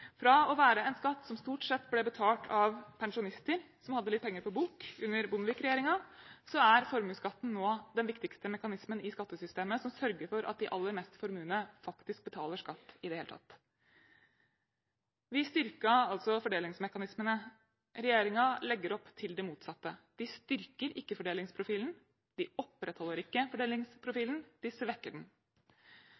Fra å være – under Bondevik-regjeringen – en skatt som stort sett ble betalt av pensjonister, som hadde litt penger på bok, er formuesskatten nå den viktigste mekanismen i skattesystemet som sørger for at de alle mest formuende faktisk betaler skatt i det hele tatt. Vi styrket altså fordelingsmekanismene. Regjeringen legger opp til det motsatte. De styrker ikke fordelingsprofilen, de opprettholder ikke